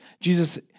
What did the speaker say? Jesus